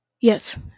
Yes